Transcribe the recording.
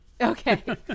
okay